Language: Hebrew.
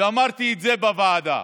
ואמרתי את זה בוועדה,